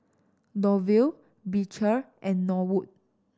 Lovie Beecher and Norwood